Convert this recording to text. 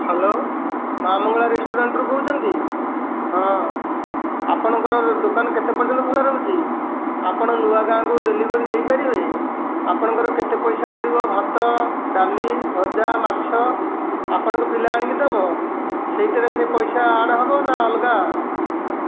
hello ma'am' Mangala ରେଷ୍ଟୁରାଣ୍ଟରୁ କହୁଛନ୍ତି ହଁ ଆପଣଙ୍କର ଦୋକାନ କେତେ ପର୍ଯ୍ୟନ୍ତ ଖୋଲା ରହୁଛି ଆପଣ ନୂଆଗାଁକୁ ଡେଲିଭରି ଦେଇପାରିବେ ଆପଣଙ୍କର କେତେ ପଇସା ପଡ଼ିବ ଭାତ ଡାଲି ଭଜା ମାଛ ଆପଣଙ୍କ ପିଲା ଆଣିକି ଦେବ ସେହିଥିରେ ସେ ପଇସା ଆଡ଼ ହେବ ନା ଅଲଗା